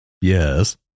Yes